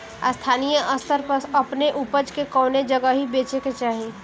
स्थानीय स्तर पर अपने ऊपज के कवने जगही बेचे के चाही?